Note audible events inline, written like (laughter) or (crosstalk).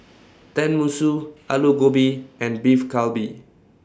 (noise) Tenmusu Alu Gobi and Beef Galbi